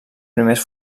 primers